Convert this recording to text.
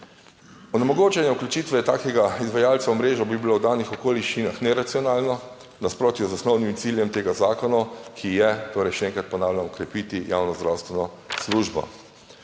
Onemogočanje vključitve takega izvajalca v mrežo bi bilo v danih okoliščinah neracionalno, v nasprotju z osnovnim ciljem tega zakona, ki je torej, še enkrat ponavljam, okrepiti javno zdravstveno službo.